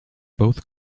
both